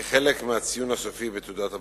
כחלק מהציון הסופי בתעודת הבגרות.